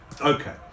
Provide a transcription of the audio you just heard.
okay